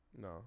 no